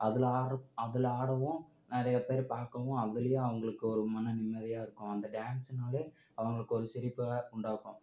அதில் ஆடுற அதில் ஆடவும் நிறையா பேர் பார்க்கவும் அதுலையும் அவங்களுக்கு ஒரு மன நிம்மதியாக இருக்கும் அந்த டான்ஸுன்னாலே அவங்களுக்கு ஒரு சிரிப்ப தான் உண்டாக்கும்